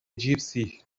gypsy